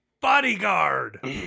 Bodyguard